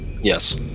Yes